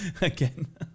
again